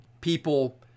People